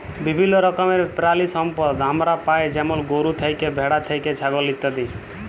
বিভিল্য রকমের পেরালিসম্পদ আমরা পাই যেমল গরু থ্যাকে, ভেড়া থ্যাকে, ছাগল ইত্যাদি